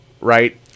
Right